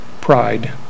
pride